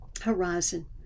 horizon